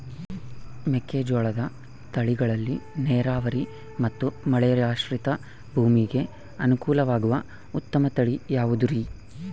ಮೆಕ್ಕೆಜೋಳದ ತಳಿಗಳಲ್ಲಿ ನೇರಾವರಿ ಮತ್ತು ಮಳೆಯಾಶ್ರಿತ ಭೂಮಿಗೆ ಅನುಕೂಲವಾಗುವ ಉತ್ತಮ ತಳಿ ಯಾವುದುರಿ?